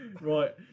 Right